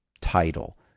title